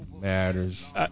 matters